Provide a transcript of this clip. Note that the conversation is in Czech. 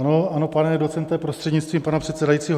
Ano, pane docente prostřednictvím pana předsedajícího.